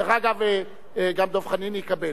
דרך אגב, גם דב חנין יקבל.